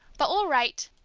but we'll write.